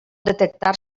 detectar